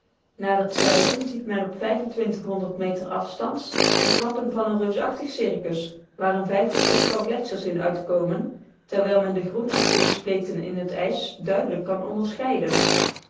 naar t zuiden ziet men op meter afstands de trappen van een reusachtig circus waar een vijf of zestal gletschers in uitkomen terwijl men de groenachtige spleten in het ijs duidelijk kan onderscheiden